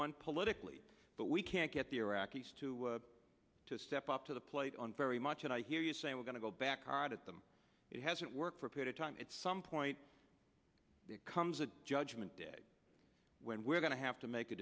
won politically but we can't get the iraqis to to step up to the plate on very much and i hear you say we're going to go back hard at them it hasn't worked for a period time at some point there comes a judgment day when we're going to have to make a